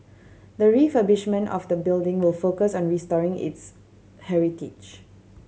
the refurbishment of the building will focus on restoring its heritage